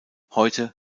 heute